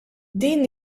din